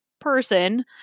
person